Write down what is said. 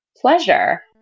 pleasure